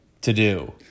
to-do